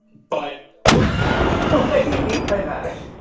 but what do you mean by that?